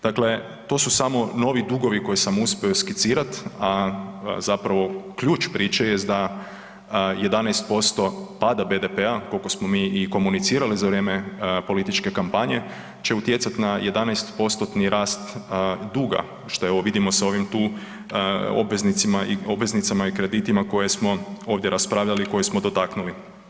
Dakle, to su samo novi dugovi koje sam uspio skricirat, a zapravo ključ priče jest da 11% pada BDP-a koliko smo mi i komunicirali za vrijeme političke kampanje će utjecati na 11%-ni rast duga što vidimo sa ovim tu obveznicama i kreditima koje smo ovdje raspravljali, koje smo dotaknuli.